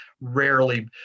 rarely